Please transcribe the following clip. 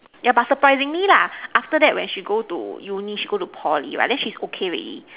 yeah but surprisingly lah after that when she go to uni she go to Poly right then she's okay already